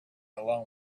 alone